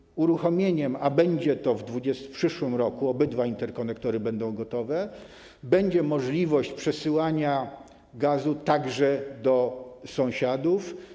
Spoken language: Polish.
I po uruchomieniu - a będzie to w przyszłym roku, obydwa interkonektory będą gotowe - będzie możliwość przesyłania gazu także do sąsiadów.